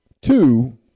Two